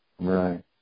Right